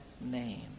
name